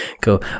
go